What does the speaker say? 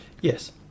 Yes